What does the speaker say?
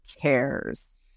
cares